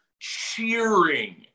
cheering